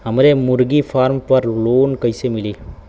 हमरे मुर्गी फार्म पर लोन कइसे मिली?